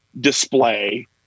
display